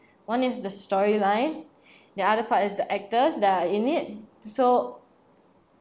one is the storyline the other part is the actors that are in it so